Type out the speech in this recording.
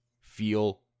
Feel